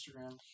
Instagram